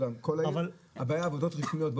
הבעיה עבודות רשמיות,